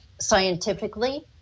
scientifically